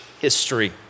history